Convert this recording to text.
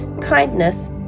kindness